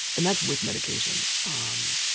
and that's with medication. um